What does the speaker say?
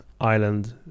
island